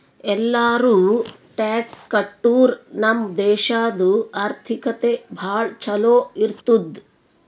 ಎಲ್ಲಾರೂ ಟ್ಯಾಕ್ಸ್ ಕಟ್ಟುರ್ ನಮ್ ದೇಶಾದು ಆರ್ಥಿಕತೆ ಭಾಳ ಛಲೋ ಇರ್ತುದ್